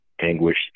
anguish